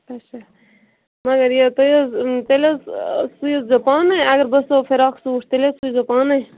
اچھا مگر یہِ تُہۍ حَظ تیٚلہِ حَظ سُیزیو پانٔے اگر بہٕ سُو فِراک سوٗٹھ تیٚلہِ حَظ سُوزیو پانٔے